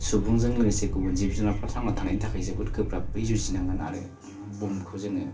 सुबुंजों लोगोसे गुबुन जिब जुनारफ्रा थांना थानायनि थाखाय जोबोद गोब्राबै जुजिनांगोन आरो बे बुहुमखौ जोङो